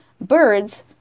Birds